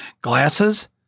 glasses